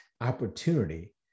opportunity